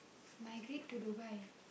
migrate to Dubai